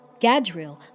Gadriel